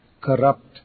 corrupt